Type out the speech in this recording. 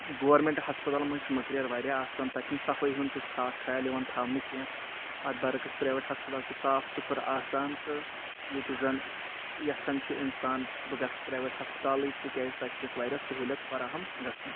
government ہَسپَتالن منٛز چھِ مٔکریر واریاہ آسان تَتہِ چھُنہٕ صفٲیی ہُنٛد تِیُتھ خاص خیال یِوان تھاونہٕ کینٛہہ اَتھ برعکٕس پرٛیویٹ ہَسپَتال چھِ صاف سُترٕ آسان تہٕ ییٚتہِ زَن یَژھان چھُ اِنسان بہٕ گژھٕ پرٛیویٹ ہَسپَتالٕے تِکیازِ تَتہِ چھِ اَسِہ واریاہ سہوٗلیت فراہم گژھان